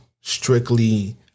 strictly